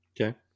Okay